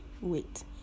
wait